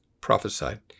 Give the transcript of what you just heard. prophesied